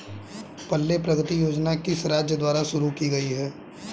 पल्ले प्रगति योजना किस राज्य द्वारा शुरू की गई है?